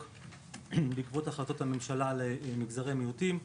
בעקבות החלטת הממשלה לגבי מגזרי מיעוטים,